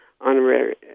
honorary